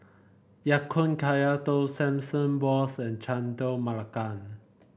Ya Kun Kaya Toast Sesame Balls and Chendol Melaka